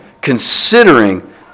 Considering